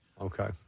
Okay